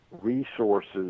resources